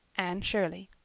anne shirley.